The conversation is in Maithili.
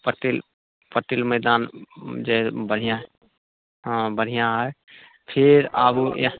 पटेल पटेल मैदान जे बढ़िआँ हँ बढ़िआँ हइ फेर आबू